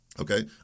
Okay